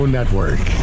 Network